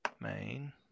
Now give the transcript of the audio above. Main